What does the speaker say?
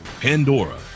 Pandora